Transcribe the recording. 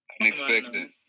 Unexpected